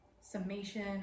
summation